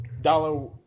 Dollar